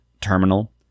terminal